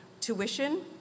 Tuition